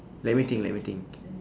let me think let me think